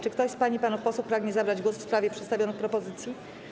Czy ktoś z pań i panów posłów pragnie zabrać głos w sprawie przedstawionych propozycji?